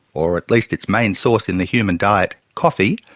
or at least its main source in the human diet, coffee,